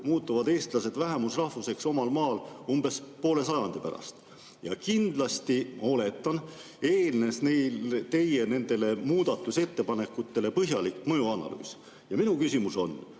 muutuvad eestlased vähemusrahvuseks omal maal umbes poole sajandi pärast. Kindlasti, ma oletan, eelnes nendele muudatusettepanekutele põhjalik mõjuanalüüs. Minu küsimus on: